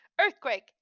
Earthquake